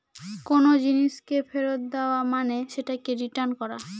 কোনো জিনিসকে ফেরত দেওয়া মানে সেটাকে রিটার্ন করা